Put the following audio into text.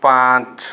ପାଞ୍ଚ